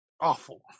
awful